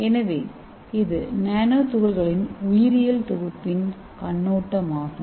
எனவே இது நானோதுகள்களின் உயிரியல் தொகுப்பின் கண்ணோட்டமாகும்